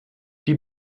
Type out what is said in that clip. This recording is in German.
die